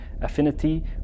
affinity